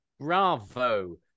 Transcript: Bravo